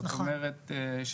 זאת אומרת,